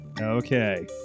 Okay